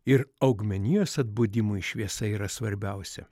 ir augmenijos atbudimui šviesa yra svarbiausia